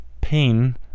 pain